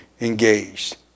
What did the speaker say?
Engaged